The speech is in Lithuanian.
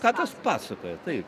ką tas pasakoja taip